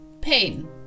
Pain